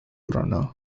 runner